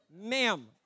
Ma'am